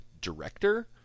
director